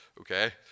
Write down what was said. Okay